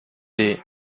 the